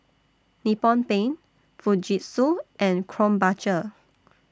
Nippon Paint Fujitsu and Krombacher